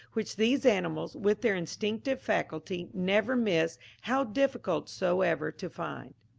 which these animals, with their instinctive faculty, never miss, how difficult soever to find.